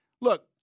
Look